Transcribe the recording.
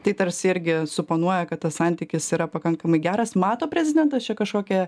tai tarsi irgi suponuoja kad tas santykis yra pakankamai geras mato prezidentas čia kažkokią